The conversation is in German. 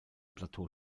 plateau